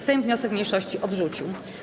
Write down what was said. Sejm wniosek mniejszości odrzucił.